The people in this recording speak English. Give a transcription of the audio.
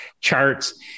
charts